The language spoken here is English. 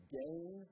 gain